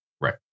Right